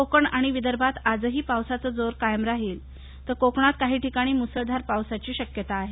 कोकण आणि विदर्भात आजही पावसाचा जोर कायम राहील कोकणात काही ठिकाणी मुसळधार पावसाची शक्यता आहे